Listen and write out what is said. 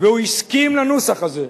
והוא הסכים לנוסח הזה.